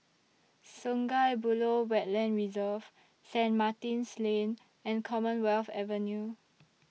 Sungei Buloh Wetland Reserve Saint Martin's Lane and Commonwealth Avenue